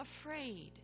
afraid